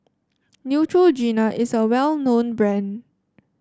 Neutrogena is a well known brand